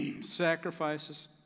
sacrifices